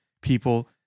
people